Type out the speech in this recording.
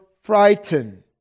frightened